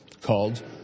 called